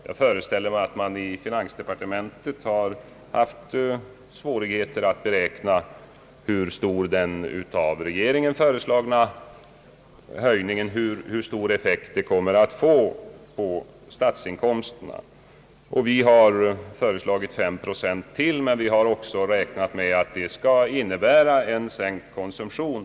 Jag föreställer mig att man i finansdepartementet har haft svårigheter att beräkna hur stor effekt den av regeringen föreslagna höjningen kommer att få på statsinkomsterna. Vi har föreslagit 5 procent till, men har även räknat med att det skulle innebära sänkt konsumtion.